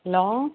hello